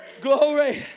glory